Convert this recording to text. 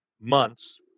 months